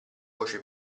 voce